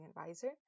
Advisor